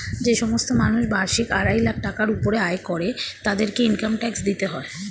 যে সমস্ত মানুষ বার্ষিক আড়াই লাখ টাকার উপরে আয় করে তাদেরকে ইনকাম ট্যাক্স দিতে হয়